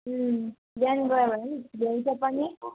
बिहान गयो भने नि भ्याउँछ पनि